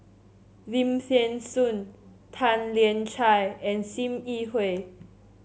Lim Thean Soo Tan Lian Chye and Sim Yi Hui